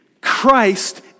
Christ